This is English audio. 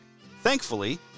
thankfully